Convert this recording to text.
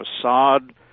facade